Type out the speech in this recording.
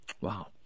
Wow